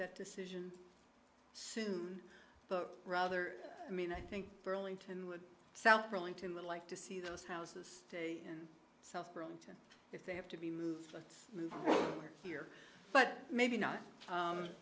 that decision soon but rather i mean i think burlington would south burlington would like to see those houses in south burlington if they have to be moved to move here but maybe not